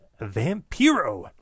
Vampiro